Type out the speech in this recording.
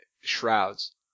shrouds